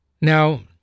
Now